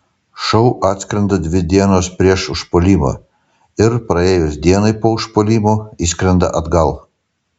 šou atskrenda dvi dienos prieš užpuolimą ir praėjus dienai po užpuolimo išskrenda atgal